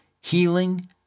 healing